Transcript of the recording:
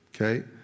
okay